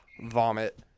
Vomit